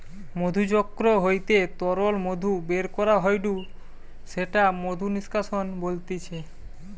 মধুচক্র হইতে তরল মধু বের করা হয়ঢু সেটা মধু নিষ্কাশন বলতিছে